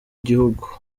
gihugu